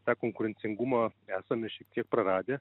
tą konkurencingumą esame šiek tiek praradę